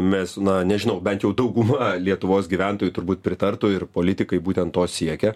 mes na nežinau bent jau dauguma lietuvos gyventojų turbūt pritartų ir politikai būtent to siekia